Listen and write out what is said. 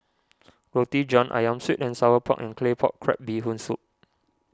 Roti John Ayam Sweet and Sour Pork and Claypot Crab Bee Hoon Soup